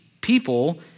people